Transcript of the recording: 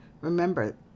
Remember